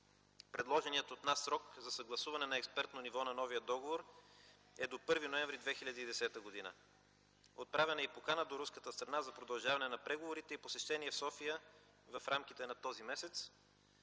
Предложеният от нас срок за съгласуване на експертно ниво на новия договор е до 1 ноември 2010 г. Отправена е покана до руската страна за продължаване на преговорите и посещение в София в рамките на този месец.